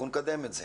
אנחנו נקדם את זה.